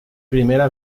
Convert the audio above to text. primera